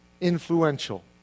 influential